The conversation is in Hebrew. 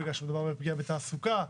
בגלל שמדובר בפגיעה בתעסוקה.